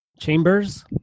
Chambers